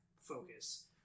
focus